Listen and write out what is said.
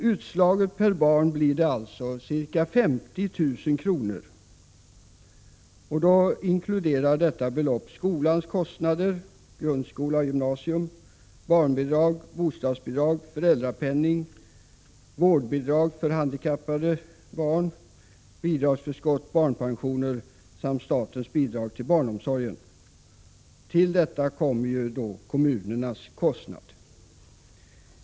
Utslaget per barn blir det ca 50 000 kr., och detta belopp inkluderar skolans kostnader — för grundskola och gymnasium — barnbidrag, bostadsbidrag, föräldrapenning, vårdbidrag för handikappade barn, bidragsförskott, barnpensioner samt statens bidrag till barnomsorgen. Till detta kommer kommunernas kostnader.